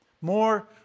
more